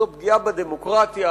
זאת פגיעה בדמוקרטיה,